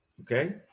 okay